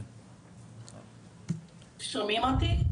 שומעים אותי?